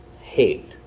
hate